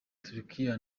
turukiya